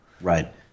Right